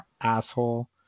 asshole